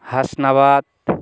Hasnabad